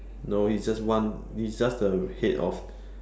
no he's just one he's just the head of